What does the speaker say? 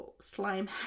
slime